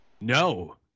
No